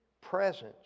presence